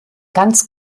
ganz